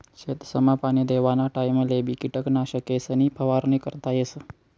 शेतसमा पाणी देवाना टाइमलेबी किटकनाशकेसनी फवारणी करता येस